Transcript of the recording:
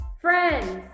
friends